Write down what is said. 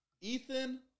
Ethan